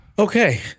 Okay